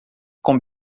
com